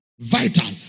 Vital